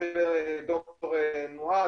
שעליהן דיבר ד"ר נוהאד,